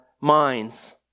minds